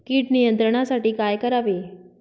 कीड नियंत्रणासाठी काय करावे?